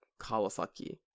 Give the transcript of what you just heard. Kawasaki